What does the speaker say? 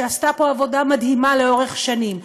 שעשתה פה עבודה מדהימה לאורך שנים.